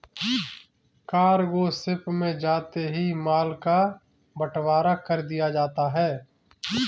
cargo ship में जाते ही माल का बंटवारा कर दिया जाता है